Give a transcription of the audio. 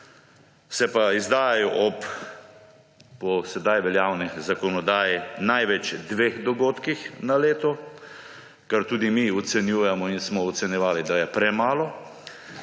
se pa izdajajo ob po sedaj veljavni zakonodaji največ dveh dogodkih na leto, kar tudi mi ocenjujemo in smo ocenjevali, da je premalo.